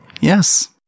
Yes